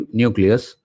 nucleus